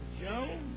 Joe